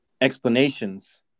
explanations